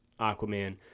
Aquaman